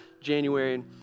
January